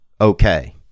Okay